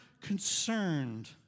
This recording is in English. concerned